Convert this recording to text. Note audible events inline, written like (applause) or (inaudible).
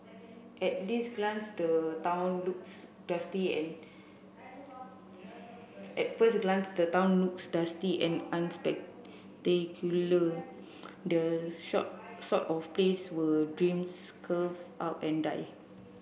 at least glance the town looks dusty and at first glance the town looks dusty and unspectacular the short sort of place where dreams curl (unintelligible) up and die